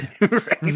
Right